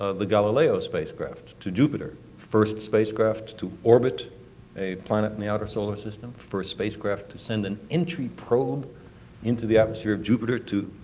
the galileo spacecraft to jupiter. first spacecraft to orbit a planet in the outer solar system. first spacecraft to send an entry probe into the atmosphere of jupiter to,